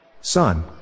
Son